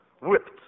Whipped